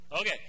Okay